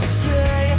say